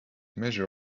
measure